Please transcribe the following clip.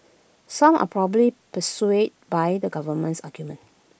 some are probably persuaded by the government's argument